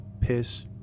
piss